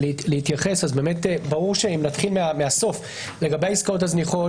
לגבי העסקאות הזניחות,